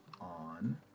on